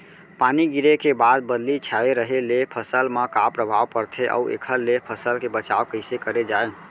पानी गिरे के बाद बदली छाये रहे ले फसल मा का प्रभाव पड़थे अऊ एखर ले फसल के बचाव कइसे करे जाये?